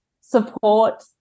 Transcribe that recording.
support